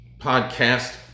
podcast